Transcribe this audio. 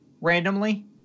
randomly